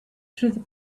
through